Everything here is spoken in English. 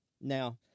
Now